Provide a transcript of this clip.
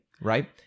right